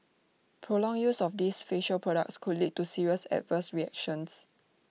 prolonged use of these facial products could lead to serious adverse reactions